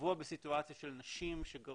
קבוע בסיטואציות של נשים שגרות